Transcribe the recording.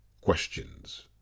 Questions